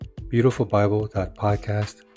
beautifulbible.podcast